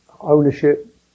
ownership